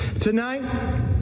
Tonight